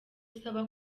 usaba